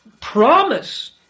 promise